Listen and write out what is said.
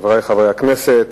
חברי חברי הכנסת,